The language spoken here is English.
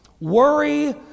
Worry